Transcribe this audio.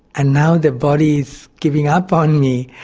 and now the body is giving up on me.